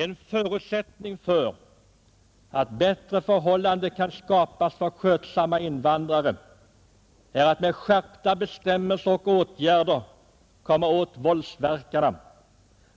En förutsättning för att bättre förhållanden skall kunna skapas för skötsamma invandrare är att vi genom skärpta bestämmelser och åtgärder kommer åt våldsverkarna,